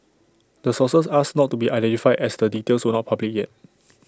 the sources asked not to be identified as the details were not public yet